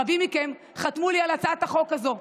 רבים מכם חתמו לי על הצעת החוק הזו: